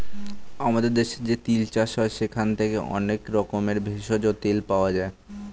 আমাদের দেশে যে তিল চাষ হয় সেখান থেকে অনেক রকমের ভেষজ ও তেল পাওয়া যায়